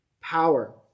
power